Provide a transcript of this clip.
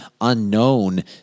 unknown